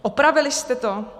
Opravili jste to?